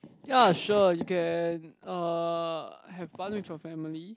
ya sure you can uh have fun with your family